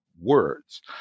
words